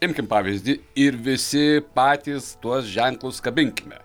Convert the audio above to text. imkim pavyzdį ir visi patys tuos ženklus kabinkime